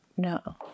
No